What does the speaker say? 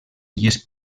illes